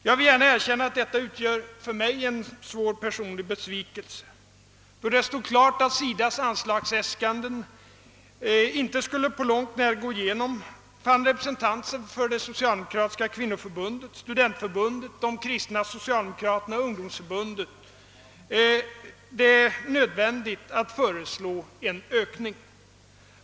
Jag vill gärna erkänna att detta för mig utgör en svår personlig besvikelse. Då det stod klart att SIDA:s anslagsäskanden inte på långt när skulle gå igenom fann representanter för det socialdemokratiska kvinnoförbundet, för studentförbundet, för de kristna socialdemokraterna och för ungdomsförbundet det nödvändigt att föreslå en ökning.